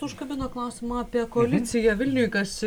užkabino klausimą apie koaliciją vilniuj kas